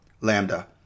Lambda